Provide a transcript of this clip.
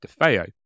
DeFeo